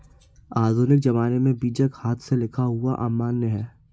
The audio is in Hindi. आधुनिक ज़माने में बीजक हाथ से लिखा हुआ अमान्य है